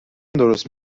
درست